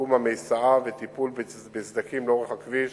שיקום המיסעה וטיפול בסדקים לאורך הכביש